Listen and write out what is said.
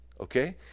Okay